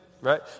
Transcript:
right